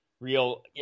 real